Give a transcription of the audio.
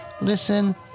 listen